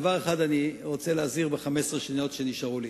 בדבר אחד אני רוצה להזהיר ב-15 השניות שנשארו לי: